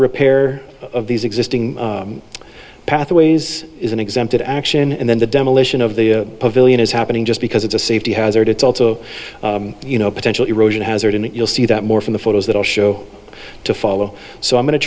repair of these existing pathways is an exempted action and then the demolition of the pavilion is happening just because it's a safety hazard it's also you know a potential erosion hazard and you'll see that more from the photos that i'll show to follow so i'm going to